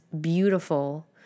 beautiful